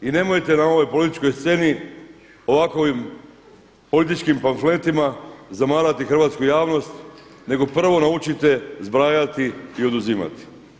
I nemojte na ovoj političkoj sceni ovakovim političkim pamfletima zamarati hrvatsku javnost, nego prvo naučite zbrajati i oduzimati.